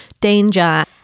danger